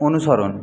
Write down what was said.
অনুসরণ